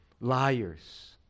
liars